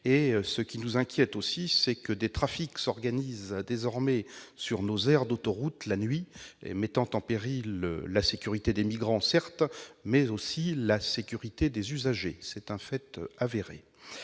Ce qui nous inquiète également, c'est que des trafics s'organisent désormais sur nos aires d'autoroutes la nuit, mettant en péril la sécurité tant, certes, des migrants que des usagers ; c'est un fait avéré.